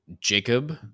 Jacob